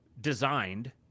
designed